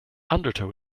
undertow